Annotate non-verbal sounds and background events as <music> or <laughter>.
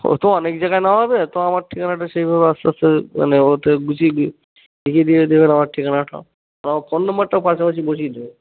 ও তো অনেক জায়গায় নামাবে তো আমার ঠিকানাটা সেইভাবে আস্তে আস্তে মানে ওত গুছিয়ে <unintelligible> লিখে দিয়ে দেবেন আমার ঠিকানাটাও আমার ফোন নাম্বারটাও পাশাপাশি বসিয়ে দেবেন